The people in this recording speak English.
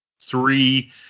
three